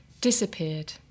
disappeared